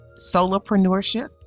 solopreneurship